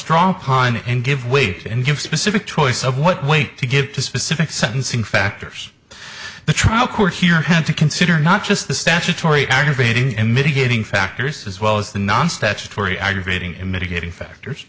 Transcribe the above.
stronger pine and give weight and give specific choice of what weight to give to specific sentencing factors the trial court here had to consider not just the statutory aggravating and mitigating factors as well as the non statutory aggravating and mitigating factors